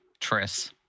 Tris